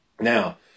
now